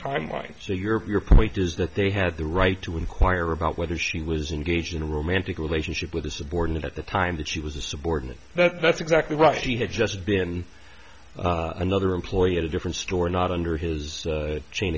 timeline so your point is that they had the right to inquire about whether she was engaged in a romantic relationship with a subordinate at the time that she was a subordinate that's exactly right she had just been another employee at a different store not under his chain